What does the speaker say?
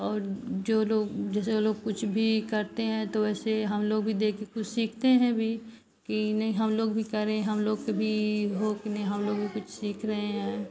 और जो लोग जैसे वह लोग कुछ भी करते हैं तो वैसे हमलोग भी देखकर कुछ सीखते हैं भी कि नहीं हमलोग भी करें हमलोग को भी हो कि नहीं हमलोग भी कुछ सीख रहे हैं